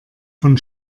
von